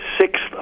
sixth